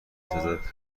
سازد